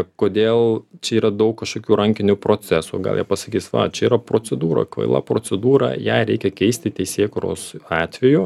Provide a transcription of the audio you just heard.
kodėl čia yra daug kažkokių rankinių procesų gal jie pasakys va čia yra procedūra kvaila procedūra ją reikia keisti teisėkūros atveju